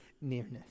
nearness